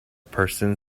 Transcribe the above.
person